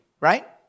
right